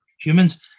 humans